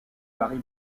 varie